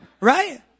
Right